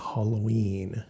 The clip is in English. Halloween